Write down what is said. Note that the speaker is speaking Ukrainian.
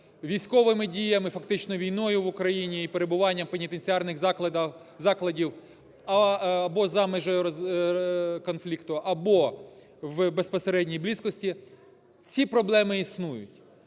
військовими діями, фактично війною в Україні і перебуванням пенітенціарних закладів або за межею конфлікту, або в безпосередній близькості. Ці проблеми існують.